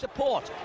Support